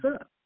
up